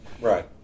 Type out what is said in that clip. Right